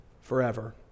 forever